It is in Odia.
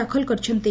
ଦାଖଲ କରିଛନ୍ତି